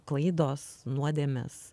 klaidos nuodėmės